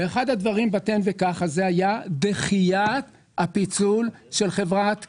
אחד הדברים ב-תן וקח הזה היה דחיית הפיצול של חברת כאל.